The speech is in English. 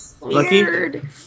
Weird